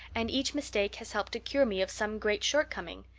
and each mistake has helped to cure me of some great shortcoming.